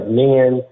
men